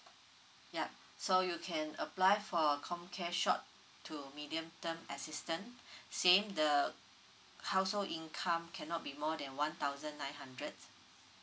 yup so you can apply for comcare short to medium term assistance same the household income cannot be more than one thousand nine hundred